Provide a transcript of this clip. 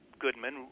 Goodman